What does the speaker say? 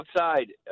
outside